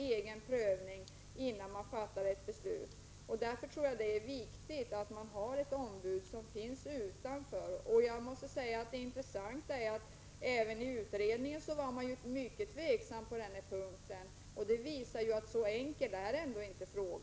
Den som upplever sig som litet mer fristående kan göra en egen prövning